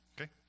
Okay